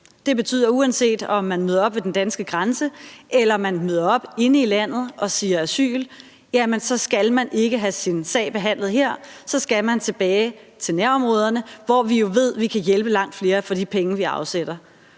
Det betyder, at uanset om man møder op ved den danske grænse eller man møder op inde i landet og siger »asyl«, så skal man ikke have sin sag behandlet her. Så skal man tilbage til nærområderne, hvor vi jo ved at vi kan hjælpe langt flere for de penge, vi afsætter.